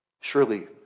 Surely